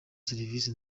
serivisi